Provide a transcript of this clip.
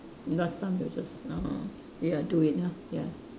last time you just ah ya do it ah ya